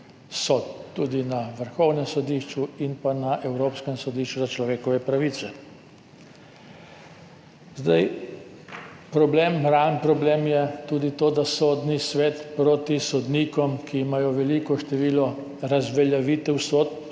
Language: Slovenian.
sodb, na Vrhovnem sodišču in na Evropskem sodišču za človekove pravice. Problem, realen problem je tudi to, da Sodni svet proti sodnikom, ki imajo veliko število razveljavitev sodb,